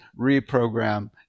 reprogram